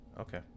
okay